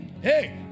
Hey